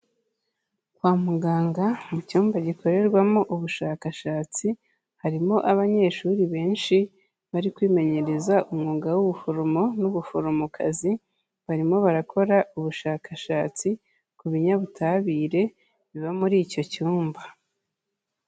Kwa muganga mu cyumba gikorerwamo ubushakashatsi harimo abanyeshuri benshi bari kwimenyereza umwuga w'ubuforomo n'ubuforomokazi, barimo barakora ubushakashatsi ku binyabutabire biba muri icyo cyumba.